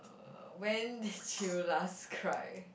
uh when did you last cry